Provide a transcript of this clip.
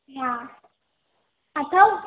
हा अथव